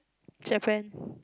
Japan